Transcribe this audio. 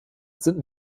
sind